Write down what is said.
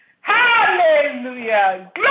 Hallelujah